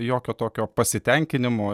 jokio tokio pasitenkinimo